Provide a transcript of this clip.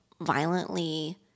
violently